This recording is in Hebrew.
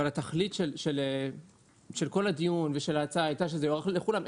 אבל התכלית של כל הדיון ושל ההצעה הייתה שזה יוארך לכולם.